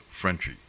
Frenchy